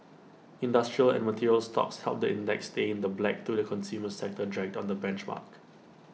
industrial and material stocks helped the index stay in the black though the consumer sector dragged on the benchmark